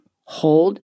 hold